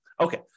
Okay